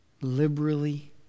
liberally